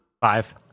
five